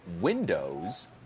windows